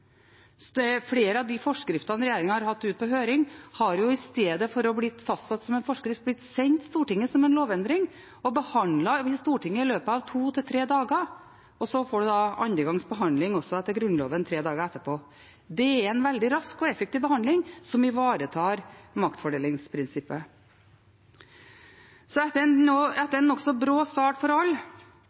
Flere av forskriftene regjeringen har hatt ute på høring, har, i stedet for å bli fastsatt i forskrift, blitt sendt Stortinget som en lovendring og blitt behandlet i Stortinget i løpet av to–tre dager, og så har det vært andre gangs behandling – etter Grunnloven – tre dager etterpå. Det er en veldig rask og effektiv behandling som ivaretar maktfordelingsprinsippet. Etter en nokså brå start for alle er det ikke noen tvil om at Stortinget i en